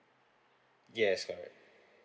yes correct